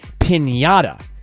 pinata